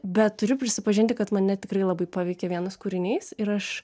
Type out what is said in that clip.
bet turiu prisipažinti kad mane tikrai labai paveikė vienas kūrinys ir aš